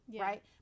right